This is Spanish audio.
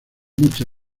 mucha